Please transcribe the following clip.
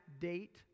date